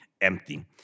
empty